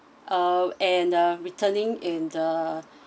orh and uh returning in the